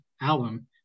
album